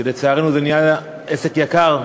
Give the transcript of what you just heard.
שלצערנו נהיה עסק יקר במחוזותינו,